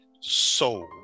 soul